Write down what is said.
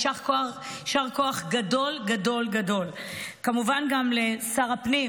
יישר כוח גדול גדול גדול כמובן גם לשר הפנים,